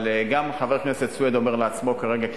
אבל גם חבר הכנסת סוייד אומר לעצמו כרגע,